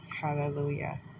Hallelujah